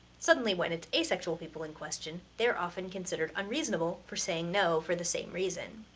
suddenly when it's asexual people in question, they're often considered unreasonable for saying no for the same reason.